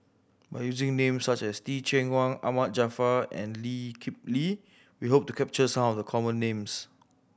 by using names such as Teh Cheang Wan Ahmad Jaafar and Lee Kip Lee we hope to capture some of the common names